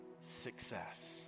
success